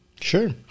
Sure